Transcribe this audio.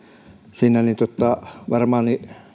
siinä varmaan